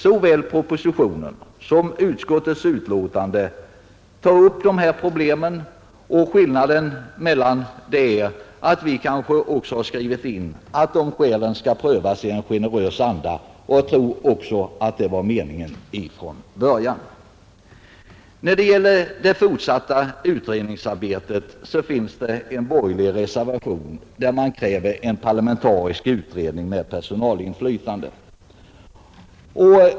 Såväl propositionen som utskottsbetänkandet tar alltså upp de här problemen, och skillnaden dem emellan är väl att vi också har skrivit in att skälen skall prövas i en generös anda. Jag tror också att det var meningen från början. När det gäller det fortsatta utredningsarbetet finns det en borgerlig reservation, där man kräver en parlamentarisk utredning med personalinflytande.